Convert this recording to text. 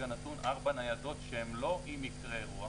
נתון ארבע ניידות שהן לא אם יקרה אירוע,